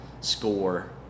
score